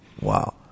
Wow